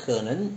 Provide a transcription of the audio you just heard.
可能